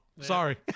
Sorry